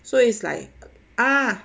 so it's like ah